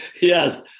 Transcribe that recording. Yes